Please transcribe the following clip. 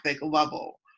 level